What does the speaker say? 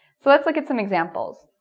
so let's look at some examples.